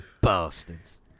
Bastards